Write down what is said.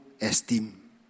esteem